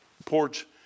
porch